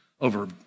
over